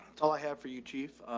all i have for you, chief.